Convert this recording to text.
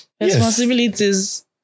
responsibilities